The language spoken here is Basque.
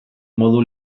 modu